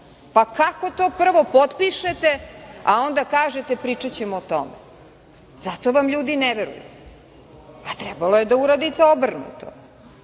pa kako to prvo potpišete, a onda kažete pričaćemo o tome. Zato vam ljudi ne veruju. Trebalo je da uradite obrnuto.